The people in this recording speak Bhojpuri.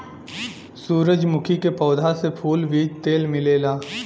सूरजमुखी के पौधा से फूल, बीज तेल मिलेला